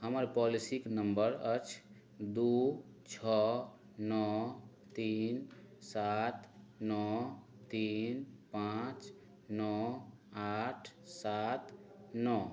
हमर पॉलिसीक नंबर अछि दू छओ नओ तीन सात नओ तीन पाँच नओ आठ सात नओ